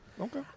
Okay